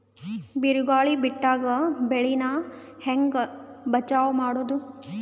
ಬಿರುಗಾಳಿ ಬಿಟ್ಟಾಗ ಬೆಳಿ ನಾ ಹೆಂಗ ಬಚಾವ್ ಮಾಡೊದು?